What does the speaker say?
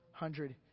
Hundred